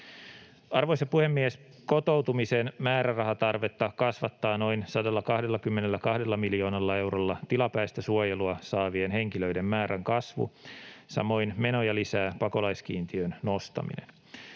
Arvoisa puhemies! Kotoutumisen määrärahatarvetta kasvattaa noin 122 miljoonalla eurolla tilapäistä suojelua saavien henkilöiden määrän kasvu. Samoin menoja lisää pakolaiskiintiön nostaminen.